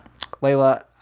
Layla